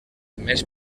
més